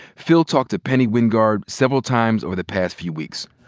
phil talked to penny wingard several times over the past few weeks.